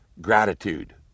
gratitude